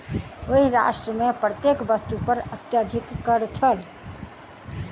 ओहि राष्ट्र मे प्रत्येक वस्तु पर अत्यधिक कर छल